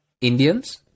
Indians